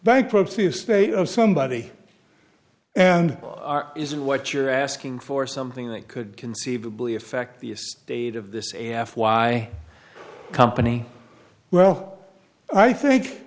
bankruptcy of state of somebody and is what you're asking for something that could conceivably affect the estate of the say f y company well i think